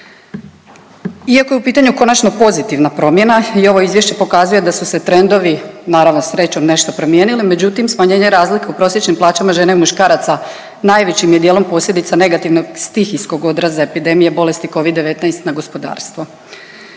Iako je u pitanju konačno pozitivna promjena i ovo izvješće pokazuje da su se trendovi naravno srećom nešto promijenili međutim smanjenje razlike u prosječnim plaćama žene i muškaraca najvećim je dijelom posljedica negativnog stihijskog odraza epidemije bolesti Covid-19 na gospodarstvo.